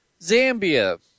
Zambia